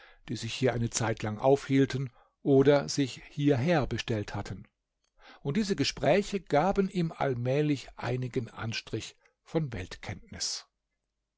die sich hier eine zeitlang aufhielten oder sich hierher bestellt hatten und diese gespräche gaben ihm allmählich einigen anstrich von